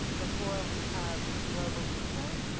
before we have a global picture